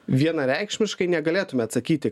vienareikšmiškai negalėtume atsakyti